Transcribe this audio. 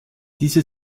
diese